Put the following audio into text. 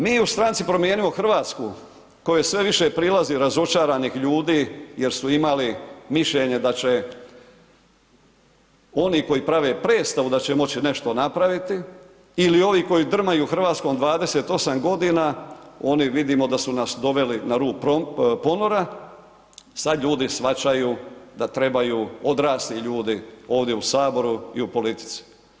Mi u Stranci promijenimo Hrvatsku kojoj sve više prilazi razočaranih ljudi jer su imali mišljenje da će oni koji prave predstavu da će moći nešto napraviti ili ovi koji drmaju RH 28.g. oni vidimo da su nas doveli na rub ponora, sad ljudi shvaćaju da trebaju, odrasli ljudi ovdje u HS i u politici.